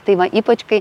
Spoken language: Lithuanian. tai va ypač kai